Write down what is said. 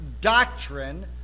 doctrine